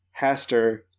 Haster